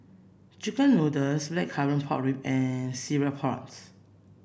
chicken noodles blackcurrant pork rib and Cereal Prawns